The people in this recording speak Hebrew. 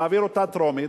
נעביר אותה בקריאה טרומית.